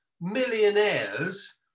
Millionaires